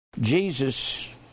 Jesus